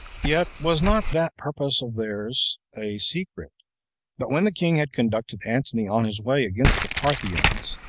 yet was not that purpose of theirs a secret but when the king had conducted antony on his way against the partnians,